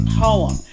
poem